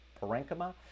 parenchyma